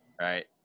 right